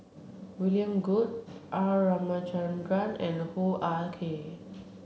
William Goode R Ramachandran and Hoo Ah Kay